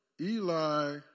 Eli